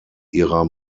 ihrer